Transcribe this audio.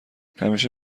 همیشه